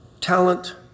talent